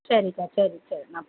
சரிக்கா சரி சரி நான்